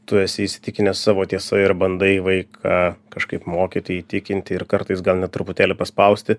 tu esi įsitikinęs savo tiesa ir bandai vaiką kažkaip mokyti įtikinti ir kartais gal net truputėlį paspausti